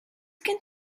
gen